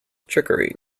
trickery